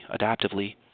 adaptively